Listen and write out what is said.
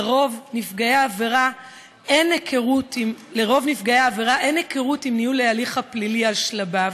לרוב נפגעי העבירה אין היכרות עם ניהול ההליך הפלילי על שלביו,